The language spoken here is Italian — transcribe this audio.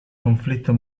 conflitto